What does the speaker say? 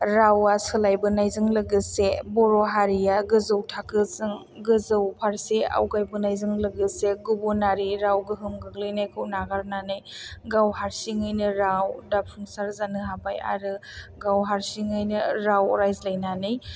रावा सोलायबोनायजों लोगोसे बर' हारिया गोजौ थाखोजों गोजौ फारसे आवगायबोनाय जों लोगोसे गुबुनारि राव गोहोम गोग्लैनायखौ नागारनानै गाव हारसिङैनो राव दाफुंसार जानो हाबाय आरो गाव हारसिङैनो राव रायज्लायनानै